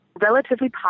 relatively